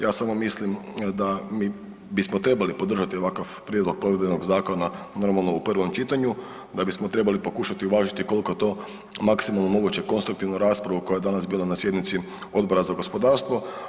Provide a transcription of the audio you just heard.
Ja samo mislim da bismo trebali podržati ovakav prijedlog provedbenog zakona normalno u prvom čitanju, da bismo trebali pokušati uvažiti koliko to maksimalno moguće konstruktivnu raspravu koja je danas bila na sjednici Odbora za gospodarstvo.